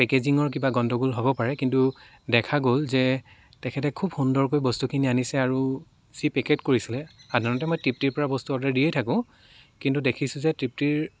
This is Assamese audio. পেকেজিঙৰ কিবা গণ্ডগোল হ'ব পাৰে কিন্তু দেখা গ'ল যে তেখেতে খুব সুন্দৰকৈ বস্তুখিনি আনিছে আৰু যি পেকেট কৰিছিলে সাধাৰণতে মই তৃপ্তিৰ পৰা বস্তু অৰ্ডাৰ দিয়ে থাকোঁ কিন্তু দেখিছোঁ যে তৃপ্তিৰ